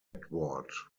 edward